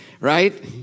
right